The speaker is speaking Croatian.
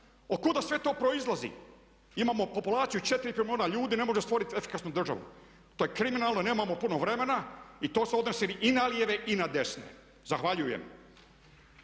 Od kuda sve to proizlazi? Imamo populaciju 4 milijuna ljudi ne može stvoriti efikasnu državu. To je kriminalno, nemamo puno vremena i to se odnosi i na lijeve i na desne. Zahvaljujem.